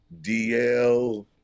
DL